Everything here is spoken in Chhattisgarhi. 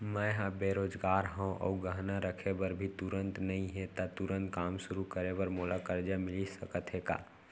मैं ह बेरोजगार हव अऊ गहना रखे बर भी तुरंत नई हे ता तुरंत काम शुरू करे बर मोला करजा मिलिस सकत हे का?